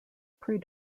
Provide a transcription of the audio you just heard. pre